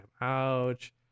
ouch